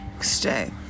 stay